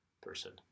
person